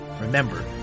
Remember